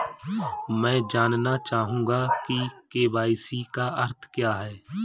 मैं जानना चाहूंगा कि के.वाई.सी का अर्थ क्या है?